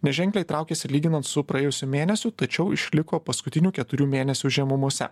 neženkliai traukiasi lyginant su praėjusiu mėnesiu tačiau išliko paskutinių keturių mėnesių žemumose